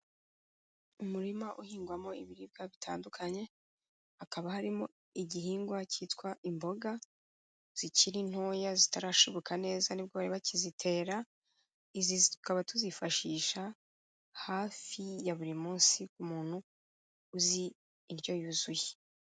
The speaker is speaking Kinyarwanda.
Umurima uhingwamo ibiribwa bitandukanye, hakaba harimo igihingwa cyitwa imboga zikiri ntoya zitarashibuka neza nibwo bari bakizitera, izi tukaba tuzifashisha hafi ya buri munsi umuntu uzi indyo yuzuye.